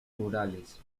rurales